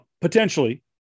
Potentially